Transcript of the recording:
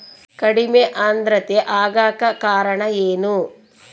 ಕಡಿಮೆ ಆಂದ್ರತೆ ಆಗಕ ಕಾರಣ ಏನು?